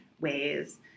ways